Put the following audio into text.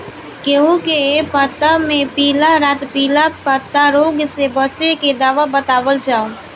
गेहूँ के पता मे पिला रातपिला पतारोग से बचें के दवा बतावल जाव?